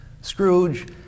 Scrooge